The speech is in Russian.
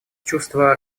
чувства